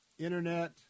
Internet